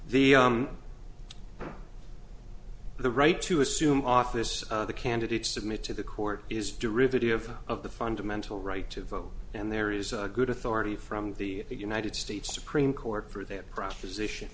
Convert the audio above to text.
the the right to assume office the candidates submit to the court is derivative of the fundamental right to vote and there is a good authority from the united states supreme court for their pro